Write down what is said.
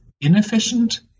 inefficient